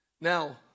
Now